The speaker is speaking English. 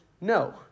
no